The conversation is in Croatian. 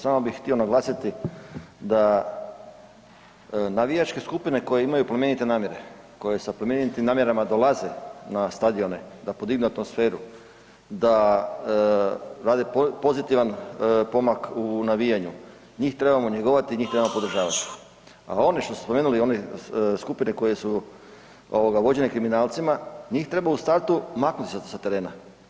Samo bi htio naglasiti da navijačke skupine koje imaju plemenite namjere, koje sa plemenitim namjerama dolaze na stadione da podignu atmosferu, da rade pozitivan pomak u navijanju, njih trebamo njegovati, njih trebamo podržavati a oni što ste spomenuli, one skupine koje su vođene kriminalcima, njih treba u startu maknuti sa terena.